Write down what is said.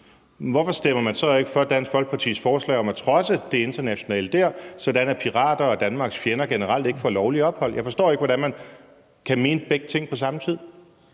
hvorfor stemmer man så ikke for Dansk Folkepartis forslag om at trodse det internationale dér, sådan at pirater og Danmarks fjender generelt ikke får lovligt ophold? Jeg forstår ikke, hvordan man kan mene begge ting på samme tid.